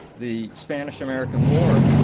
the spanish-american war.